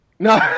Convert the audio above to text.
No